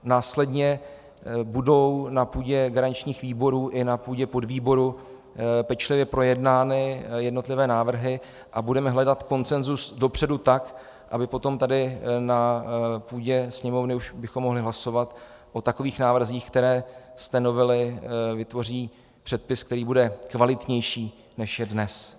Následně budou na půdě garančních výborů i na půdě podvýboru pečlivě projednány jednotlivé návrhy a budeme hledat konsenzus dopředu tak, abychom potom tady na půdě sněmovny mohli hlasovat o takových návrzích, které z té novely vytvoří předpis, který bude kvalitnější, než je dnes.